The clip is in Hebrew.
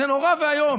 זה נורא ואיום.